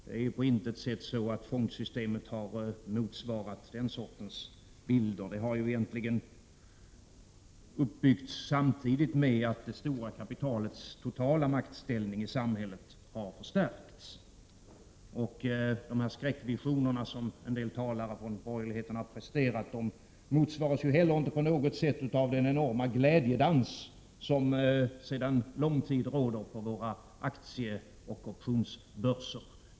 Det är ju på intet sätt så, att fondsystemet har motsvarat den sortens bild. Egentligen har man ju byggt upp detta samtidigt som det stora kapitalets totala makt ute i samhället har förstärkts. De skräckvisioner som en del borgerliga talare har presterat motsvaras heller inte på något sätt av den enorma glädjedans som sedan lång tid tillbaka förekommer på aktieoch optionsmarknaden.